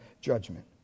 judgment